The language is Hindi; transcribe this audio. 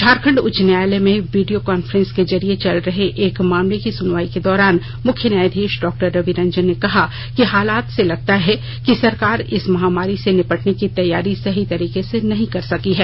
झारखंड उच्च न्यायालय में वीडियो कॉन्फ्रेंसिंग के जरिए चल रहे एक मामले की सुनवाई के दौरान मुख्य न्यायाधी डॉक्टर रवि रंजन ने कहा कि हालात से लगता है कि सरकार इस महामारी से निपटने की तैयारी सही तरीके से नहीं कर सकी है